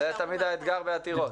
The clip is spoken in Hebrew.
זה תמיד האתגר בעתירות.